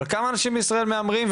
אבל כמה אנשים בישראל מהמרים,